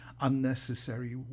unnecessary